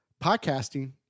podcasting